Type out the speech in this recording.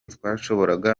twashoboraga